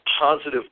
Positive